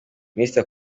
minisitiri